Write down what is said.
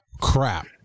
crap